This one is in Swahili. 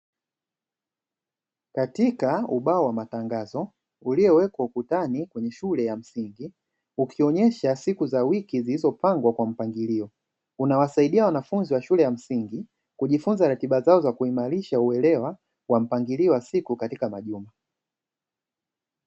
Katika ubao wa matangazo uliowekwa ukutani kwenye shule ya msingi, ukionyesha siku za wiki zilizopangwa kwa mpangilio; unawasaidia wanafunzi wa shule ya msingi kujifunza ratiba zao na kuimarisha uelewa wa mpangilio wa siku katika majuma.